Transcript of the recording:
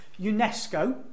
UNESCO